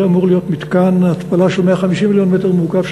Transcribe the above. זה אמור להיות מתקן התפלה של 150 מיליון מ"ק,